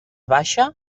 baixa